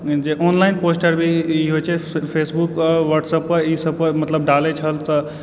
जे ऑनलाइन पोस्टरमे ई होयत छै फेसबुकपर वाट्सएप ईसभ पर मतलब डालैत छल तऽ